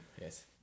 Yes